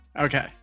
Okay